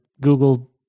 Google